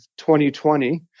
2020